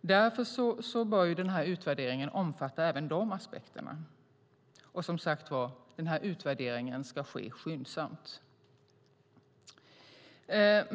Därför bör utvärderingen omfatta även de aspekterna, och som sagt var ska utvärderingen ske skyndsamt.